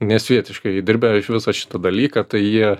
nesvietiškai dirbę iš viso šitą dalyką tai jie